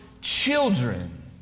children